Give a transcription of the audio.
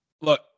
Look